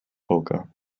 poker